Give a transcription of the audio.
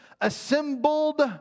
assembled